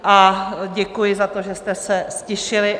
A děkuji za to, že jste se ztišili.